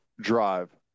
drive